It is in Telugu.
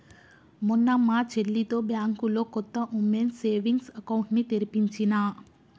మొన్న మా చెల్లితో బ్యాంకులో కొత్త వుమెన్స్ సేవింగ్స్ అకౌంట్ ని తెరిపించినా